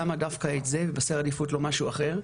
למה דווקא את זה ובסדר עדיפות לא משהו אחר,